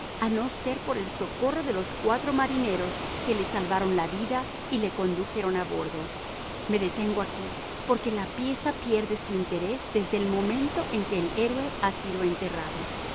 a no ser por el socorro de los cuatro marineros que le salvaron la vida y le condujeron a bordo me detengo aquí porque la pieza pierde su interés desde el momento en que el héroe ha sido enterrado